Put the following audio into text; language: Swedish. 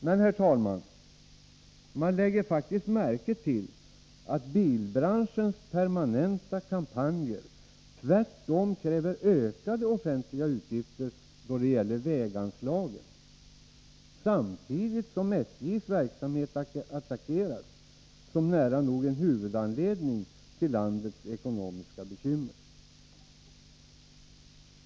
Men man kan, herr talman, lägga märke till att bilbranschens permanenta kampanjer faktiskt kräver ökade offentliga utgifter då det gäller väganslagen, samtidigt som SJ:s verksamhet attackeras som nära nog en huvudanledning till landets ekonomiska bekymmer.